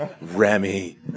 Remy